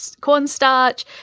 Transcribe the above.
cornstarch